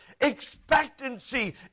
Expectancy